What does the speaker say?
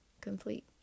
complete